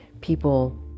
people